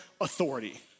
authority